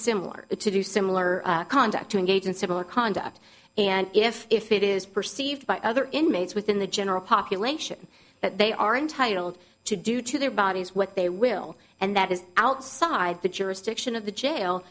similar to do similar conduct to engage in similar conduct and if if it is perceived by other inmates within the general population that they are entitled to do to their bodies what they will and that is outside the jurisdiction of the jail